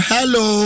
Hello